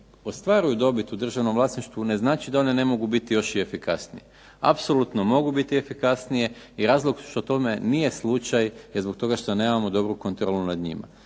ostvaruju dobit u državnom vlasništvu ne znači da one ne mogu biti još i efikasnije. Apsolutno mogu biti efikasnije i razlog što tome nije slučaj je zbog toga što nemamo dobru kontrolu nad njima.